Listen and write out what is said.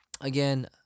Again